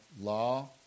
law